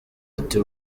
ati